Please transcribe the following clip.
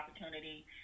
opportunity